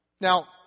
Now